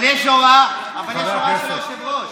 אבל יש לו הוראה של היושב-ראש.